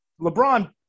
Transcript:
LeBron